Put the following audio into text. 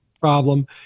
problem